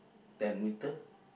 ten metre